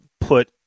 put